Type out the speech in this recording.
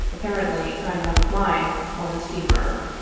apparently, time out of mind, on the steamer.